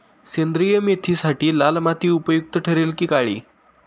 सेंद्रिय मेथीसाठी लाल माती उपयुक्त ठरेल कि काळी?